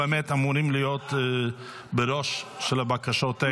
אנחנו באמת אמורים להיות בראש הבקשות האלה.